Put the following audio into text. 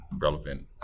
relevant